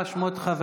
ארבע שעות היית.